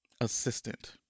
assistant